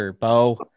Bo